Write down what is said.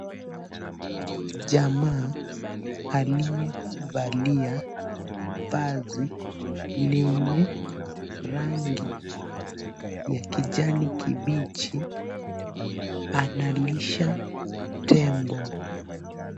Jamaa aliye valia vazi lenye rangi ya kijani kibichi analisha tembo.